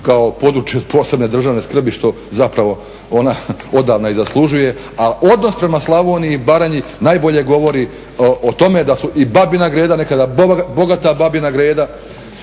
i Baranju kao PPDS što zapravo ona odavno i zaslužuje, a odnos prema Slavoniji i Baranji najbolje govori o tome da su i Babina Greda, nekada bogata Babina Greda